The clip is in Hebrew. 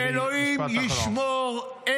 שאלוהים ישמור -- אמן.